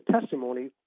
testimony